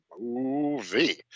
movie